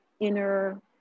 inner